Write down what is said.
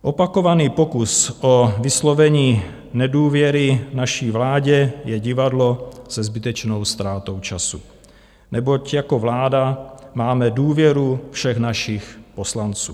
Opakovaný pokus o vyslovení nedůvěry naší vládě je divadlo se zbytečnou ztrátou času, neboť jako vláda máme důvěru všech našich poslanců.